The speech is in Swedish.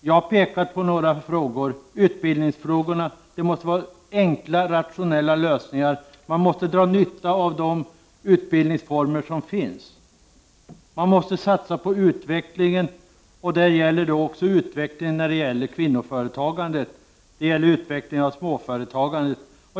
Jag har pekat på några frågor, t.ex. utbildningsfrågorna. Det måste vara enkla, rationella lösningar. Man måste dra nytta av de utbildningsformer som finns. Man måste satsa på utveckling, och det gäller då också utveckling i fråga om kvinnoföretagande och småföretagande.